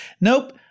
Nope